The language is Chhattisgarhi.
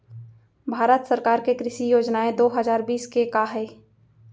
भारत सरकार के कृषि योजनाएं दो हजार बीस के का हे?